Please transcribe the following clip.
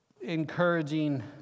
encouraging